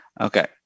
Okay